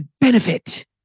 benefit